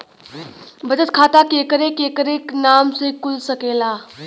बचत खाता केकरे केकरे नाम से कुल सकेला